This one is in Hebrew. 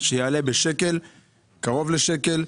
שיעלה בקרוב לשקל.